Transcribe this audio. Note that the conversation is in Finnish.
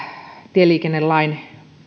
tieliikennelain